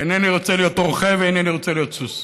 איננו רוצה להיות רוכב ואינני רוצה להיות סוס,